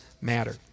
matter